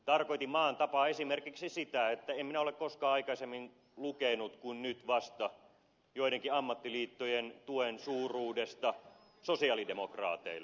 tarkoitin maan tavalla esimerkiksi sitä että en minä ole koskaan aikaisemmin lukenut kuin nyt vasta joidenkin ammattiliittojen tuen suuruudesta sosialidemokraateille